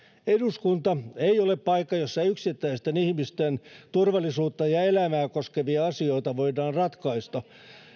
eduskunta ei ole paikka jossa yksittäisten ihmisten turvallisuutta ja elämää koskevia asioita voidaan ratkaista